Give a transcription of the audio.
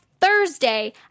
thursday